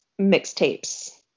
mixtapes